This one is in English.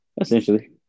essentially